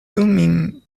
thummim